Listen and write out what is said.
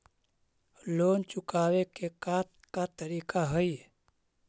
Loan चुकावे के का का तरीका हई?